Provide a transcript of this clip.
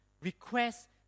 Request